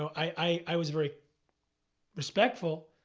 i was very respectful,